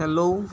hello